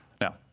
Now